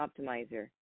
optimizer